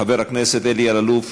חבר הכנסת אלי אלאלוף,